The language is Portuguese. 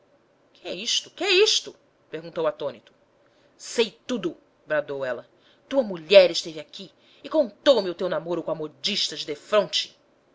é isto que é isto perguntou atônito sei tudo bradou ela tua mulher esteve aqui e contou-me o teu namoro com a modista de defronte